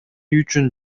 үчүн